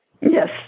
Yes